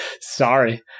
Sorry